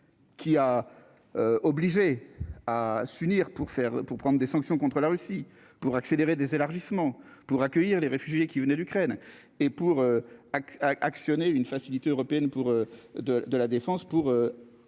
qui a obligé à s'unir pour faire, pour prendre des sanctions contre la Russie pour accélérer des élargissements pour accueillir les réfugiés qui venait d'Ukraine et pour actionner une Facilité européenne pour de de la défense pour